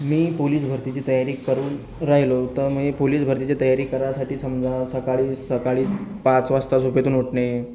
मी police भरतीची तयारी करून राहिलो तर मी पोलिस भरतीची तयारी करायासाठी समजा सकाळी सकाळीच पाच वाजता झोपेतून उठणे